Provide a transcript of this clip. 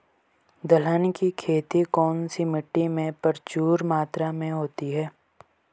दलहन की खेती कौन सी मिट्टी में प्रचुर मात्रा में होती है?